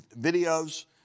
videos